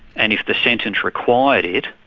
and if the sentence required it,